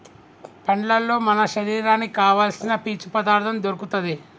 పండ్లల్లో మన శరీరానికి కావాల్సిన పీచు పదార్ధం దొరుకుతది